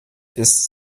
ist